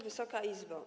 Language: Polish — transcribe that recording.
Wysoka Izbo!